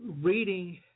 reading